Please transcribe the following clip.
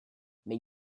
mais